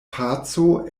paco